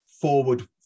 forward